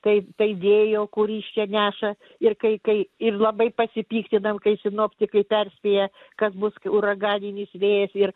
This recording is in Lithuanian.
tai tai vėjo kuris čia neša ir kai kai ir labai pasipiktinam kai sinoptikai perspėja kad bus uraganinis vėjas ir